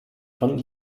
von